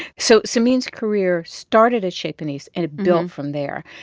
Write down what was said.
so samin's career started at chez panisse and it built from there.